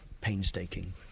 painstaking